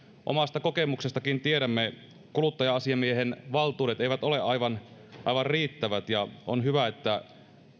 omasta kokemuksestakin tiedämme kuluttaja asiamiehen valtuudet eivät ole aivan aivan riittävät ja on hyvä että